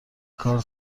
کار